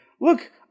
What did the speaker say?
Look